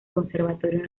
conservatorio